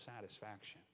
satisfaction